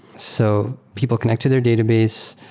so people connect to their database.